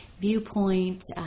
viewpoint